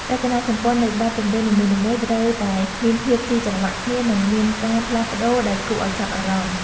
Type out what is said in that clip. រចនាសម្ព័ន្ធនៃបទចម្រៀងនីមួយៗត្រូវតែមានភាពស៊ីចង្វាក់គ្នា និង មានការផ្លាស់ប្តូរដែលគួរឱ្យចាប់អារម្មណ៍។